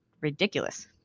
ridiculous